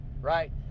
right